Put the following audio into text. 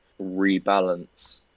rebalance